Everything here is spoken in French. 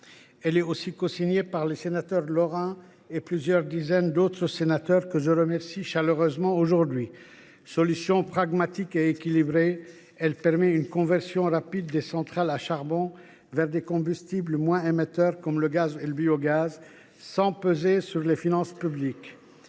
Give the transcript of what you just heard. également cosignée par les sénateurs lorrains et par plusieurs dizaines d’autres sénateurs, que je remercie chaleureusement. Solution pragmatique et équilibrée, elle permet une conversion rapide des centrales à charbon vers des combustibles moins émetteurs, comme le gaz et le biogaz, sans peser sur les finances publiques.